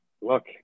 look